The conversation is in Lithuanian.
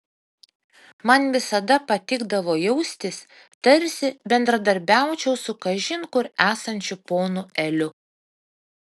man visada patikdavo jaustis tarsi bendradarbiaučiau su kažin kur esančiu ponu eliu